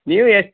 ನೀವು ಎಷ್ಟು